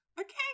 Okay